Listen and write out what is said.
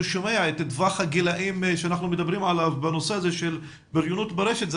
שומע את טווח הגילים עליהם אנחנו מדברים בנושא הזה של בריונות ברשת,